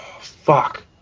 fuck